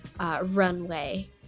runway